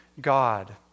God